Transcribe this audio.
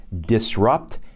disrupt